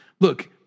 look